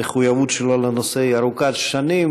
המחויבות שלו לנושא היא ארוכת שנים,